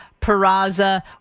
Peraza